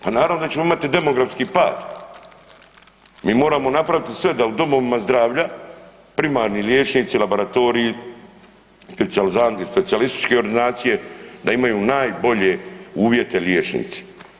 Pa naravno da ćemo imati demografski pad, mi moramo napraviti sve da u domovima zdravlja primarni liječnici, laboratoriji, specijalizanti, specijalističke ordinacije, da imaju najbolje uvjete, liječnici.